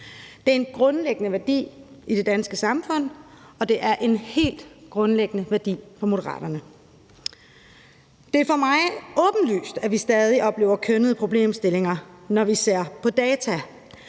Det er en grundlæggende værdi i det danske samfund, og det er en helt grundlæggende værdi for Moderaterne. Det er for mig åbenlyst, at vi stadig oplever kønnede problemstillinger, når vi ser på data.